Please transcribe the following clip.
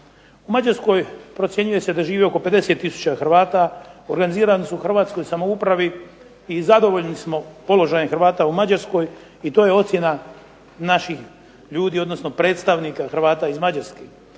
U Mađarskoj procjenjuje se da živi oko 50 tisuća Hrvata, organizirani su u Hrvatskoj samoupravi i zadovoljni smo položajem Hrvata u Mađarskoj i to je ocjena naših ljudi, odnosno predstavnika Hrvata iz Mađarske.